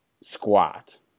squat